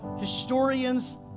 historians